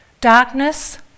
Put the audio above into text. Darkness